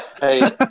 Hey